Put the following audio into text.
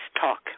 talk